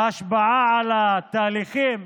בהשפעה על התהליכים,